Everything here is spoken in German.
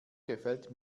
gefällt